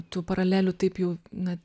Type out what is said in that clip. tų paralelių taip jau na